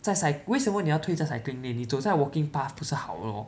在 cyc~ 为什么你要走在 cycling lane 你走在 walking path 不是好 lor